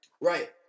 Right